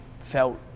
felt